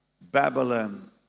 Babylon